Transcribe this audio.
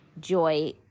Joy